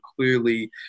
clearly